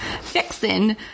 fixing